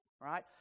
right